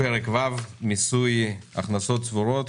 פרק ו', מיסוי הכנסות צבורות.